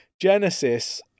Genesis